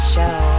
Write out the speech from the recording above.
Show